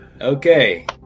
okay